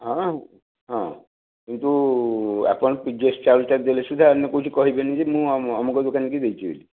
ହଁ ହଁ ହଁ କିନ୍ତୁ ଆପଣ ପ୍ରିଭିୟସ୍ ଚାଉଳଟା ଦେଲେ ସିନା ଅନ୍ୟ କୋଉଠି କହିବେନି ଯେ ମୁଁ ଆଉ ଅମକ ଦୋକନିକି ଦେଇଛି ବୋଲି